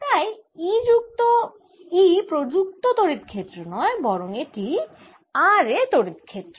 তাই E প্রযুক্ত তড়িৎ ক্ষেত্র নয় এটি r এ তড়িৎ ক্ষেত্র